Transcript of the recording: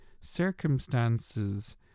circumstances